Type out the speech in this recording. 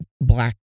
black